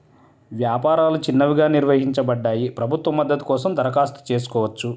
వ్యాపారాలు చిన్నవిగా నిర్వచించబడ్డాయి, ప్రభుత్వ మద్దతు కోసం దరఖాస్తు చేసుకోవచ్చు